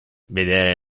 vedere